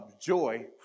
joy